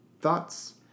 thoughts